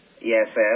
Yes